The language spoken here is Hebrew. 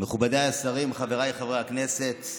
מכובדיי השרים, חבריי חברי הכנסת,